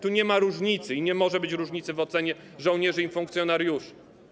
Tu nie ma różnicy i nie może być różnicy w ocenie żołnierzy i funkcjonariuszy.